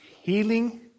healing